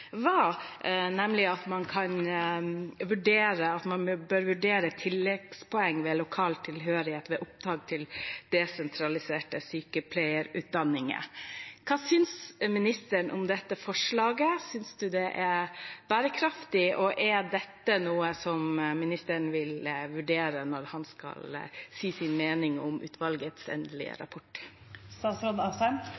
Hva synes ministeren om dette forslaget? Synes han det er bærekraftig, og er dette noe som ministeren vil vurdere når han skal si sin mening om utvalgets endelige